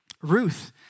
Ruth